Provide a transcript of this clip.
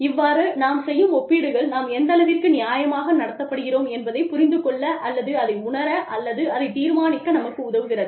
இவ்வாறு நாம் செய்யும் ஒப்பீடுகள் நாம் எந்தளவிற்கு நியாயமாக நடத்தப்படுகிறோம் என்பதைப் புரிந்து கொள்ள அல்லது அதை உணர அல்லது அதைத் தீர்மானிக்க நமக்கு உதவுகிறது